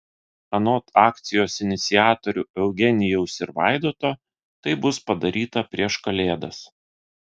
anot akcijos iniciatorių eugenijaus ir vaidoto tai bus padaryta prieš kalėdas